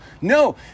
No